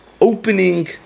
opening